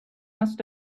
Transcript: must